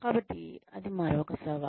కాబట్టి అది మరొక సవాలు